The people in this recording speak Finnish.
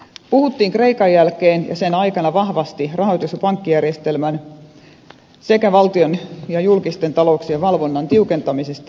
puhuttiin kreikan tapauksen jälkeen ja sen aikana vahvasti rahoitus ja pankkijärjestelmän sekä valtion ja julkisten talouksien valvonnan tiukentamisesta ja sanktioista